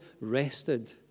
rested